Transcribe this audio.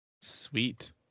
sweet